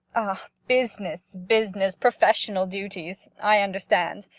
ah, business business professional duties. i understand.